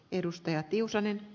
rouva puhemies